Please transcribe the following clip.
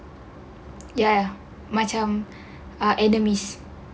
ya macam endermis